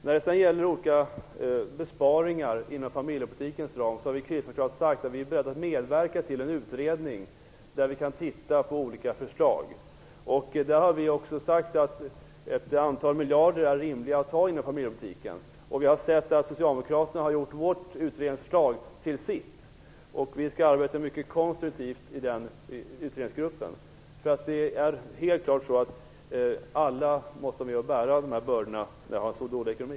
När det gäller olika besparingar inom familjepolitikens ram har vi kristdemokrater sagt att vi är åberedda att medverka till en utredning där vi kan titta på olika förslag. Vi har också sagt att det är rimligt att ta in ett antal miljarder inom familjepolitiken. Vi har sett att socialdemokraterna har gjort vårt utredningsförslag till sitt. Vi skall arbeta mycket konstruktivt i den utredningsgruppen. Alla måste vara med och bära dessa bördor när vi har en sådan dålig ekonomi.